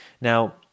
Now